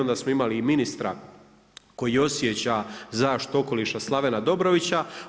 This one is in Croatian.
Onda smo imali i ministra koji osjeća zaštitu okoliša Slavena Dobrovića.